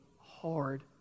hard